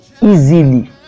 easily